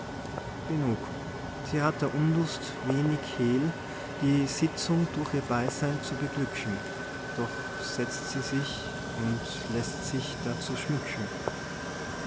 genug sie hat der unlust wenig hehl die sitzung durch ihr beisein zu beglücken doch setzt sie sich und läßt sich dazu schmücken